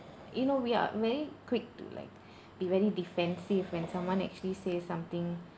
you know we are very quick to like be very defensive when someone actually say something